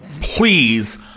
Please